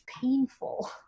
painful